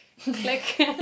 click